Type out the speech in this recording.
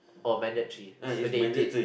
oh mandatory so they did